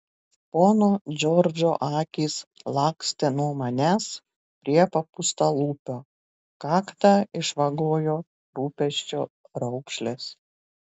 pono džordžo akys lakstė nuo manęs prie papūstalūpio kaktą išvagojo rūpesčio raukšlės